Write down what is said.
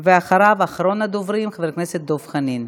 אחריו, אחרון הדוברים, חבר הכנסת דב חנין.